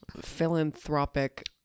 philanthropic